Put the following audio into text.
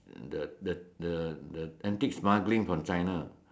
the the the the antique smuggling from China